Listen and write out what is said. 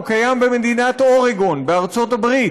הוא קיים במדינת אורגון בארצות-הברית,